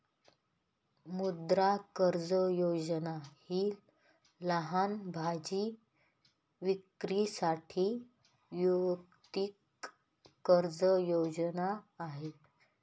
मुद्रा कर्ज योजना ही लहान भाजी विक्रेत्यांसाठी वैयक्तिक कर्ज योजना आहे